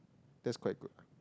that's quite good